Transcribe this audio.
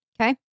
okay